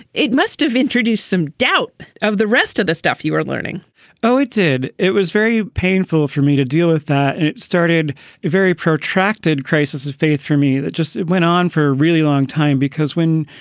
it must have introduced some doubt of the rest of the stuff you are learning oh, it did. it was very painful for me to deal with that. and it started a very protracted crisis of faith for me. it just went on for a really long time. because when,